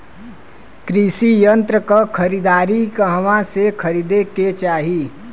कृषि यंत्र क खरीदारी कहवा से खरीदे के चाही?